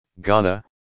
Ghana